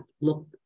look